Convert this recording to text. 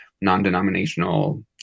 non-denominational